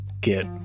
get